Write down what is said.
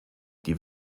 die